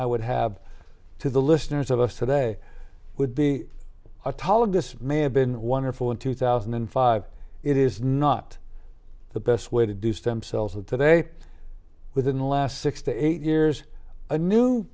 i would have to the listeners of us today would be a tal of dismay have been wonderful in two thousand and five it is not the best way to do stem cells and today within the last six to eight years a new